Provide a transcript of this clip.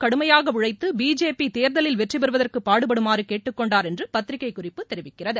கடுமையாக உழைத்து பிஜேபி தேர்தலில் வெற்றி பெறுவதற்கு பாடுபடுமாறு கேட்டுக் கொண்டார் என்று பத்திரிகை குறிப்பு தெரிவிக்கிறது